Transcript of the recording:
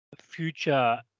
future